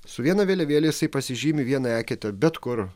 su viena vėliavėle jisai pasižymi vieną eketę bet kur